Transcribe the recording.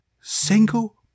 single